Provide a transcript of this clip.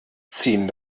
ziehen